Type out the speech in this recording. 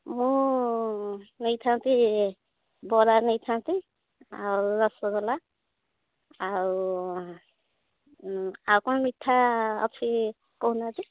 ମୁଁ ନେଇ ଥାନ୍ତି ବରା ନେଇଥାନ୍ତି ଆଉ ରସଗୋଲା ଆଉ ଆଉ କ'ଣ ମିଠା ଅଛି କହୁ ନାହାନ୍ତି